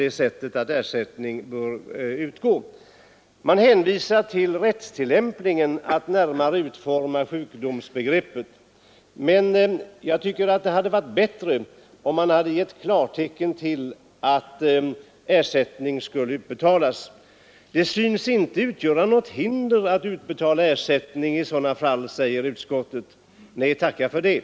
Utskottet hänvisar till att det ankommer på rättstillämpningen att närmare utforma sjukdomsbegreppet. Jag anser att det hade varit bättre om utskottet gett klartecken för att ersättning bör utbetalas i dessa fall. Utskottet skriver att det enligt utskottets mening inte synes föreligga något hinder att utge sjukpenning i dessa fall. Nej, tacka för det!